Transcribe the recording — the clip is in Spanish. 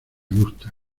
gustas